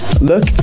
look